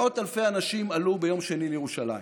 מאות אלפי אנשים עלו ביום שני לירושלים.